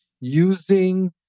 using